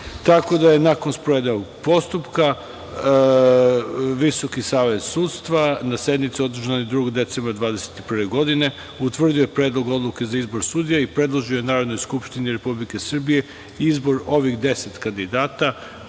suda. Nakon sprovedenog postupka, Visoki savet sudstva, na sednici održanoj 2. decembra 2021. godine, utvrdio je predlog odluke za izbor sudija i predložio je Narodnoj skupštini Republike Srbije izbor ovih deset kandidata